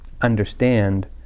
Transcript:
understand